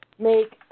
Make